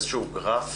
גרף